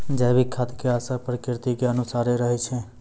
जैविक खाद के असर प्रकृति के अनुसारे रहै छै